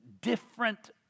different